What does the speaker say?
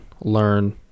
learn